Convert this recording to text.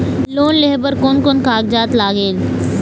Loan लेहे बर कोन कोन कागजात लागेल?